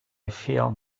feel